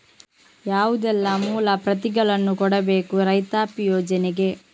ಯಾವುದೆಲ್ಲ ಮೂಲ ಪ್ರತಿಗಳನ್ನು ಕೊಡಬೇಕು ರೈತಾಪಿ ಯೋಜನೆಗೆ?